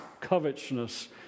covetousness